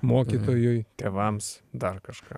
mokytojui tėvams dar kažkam